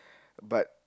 but